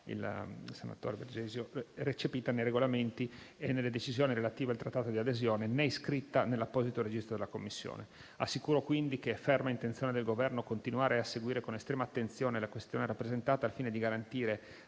il senatore Bergesio, nei regolamenti e nelle decisioni relative al Trattato di adesione, né iscritta nell'apposito registro della Commissione. Assicuro quindi che è ferma intenzione del Governo continuare a seguire con estrema attenzione la questione rappresentata al fine di garantire